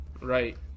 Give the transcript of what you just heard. Right